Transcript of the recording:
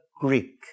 Greek